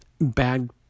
bad